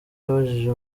yabajije